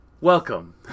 Welcome